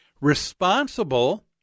responsible